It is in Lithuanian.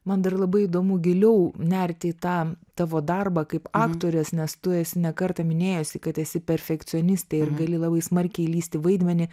man dar labai įdomu giliau nerti į tą tavo darbą kaip aktorės nes tu esi ne kartą minėjusi kad esi perfekcionistė ir gali labai smarkiai įlįst į vaidmenį